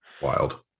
Wild